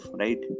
right